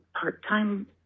part-time